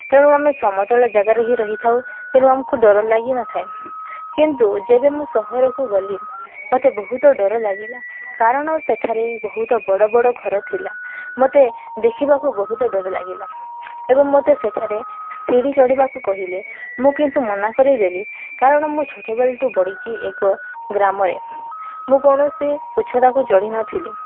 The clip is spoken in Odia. ତେଣୁ ଆମେ ସମତଳ ଜାଗାରେ ହିଁ ରହିଥାଉ ତେଣୁ ଆମକୁ ଡର ଲାଗିନଥାଏ କିନ୍ତୁ ଯେବେ ମୁଁ ସହରକୁ ଗଲି ମୋତେ ବହୁତ ଡର ଲାଗିଲା କାରଣ ସେଠାରେ ବହୁତ ବଡ଼ ବଡ଼ ଘର ଥିଲା ମୋତେ ଦେଖିବାକୁ ବହୁତ ଡର ଲାଗିଲା ଏବଂ ମୋତେ ସେଠାରେ ଶିଢ଼ି ଚଢ଼ିବାକୁ କହିଲେ ମୁଁ କିନ୍ତୁ ମନା କରିଦେଲି କାରଣ ମୁଁ ଛୋଟବେଳଠୁ ବଢ଼ିଛି ଏକ ଗ୍ରାମରେ ମୁଁ କୌଣସି ଉଚ୍ଚତାକୁ ଚଢ଼ିିନଥିଲି